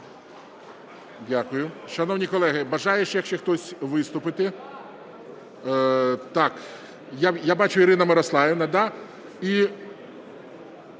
Дякую. Шановні колеги, бажає ще хтось виступити? Так, я бачу, Ірина Мирославівна, да?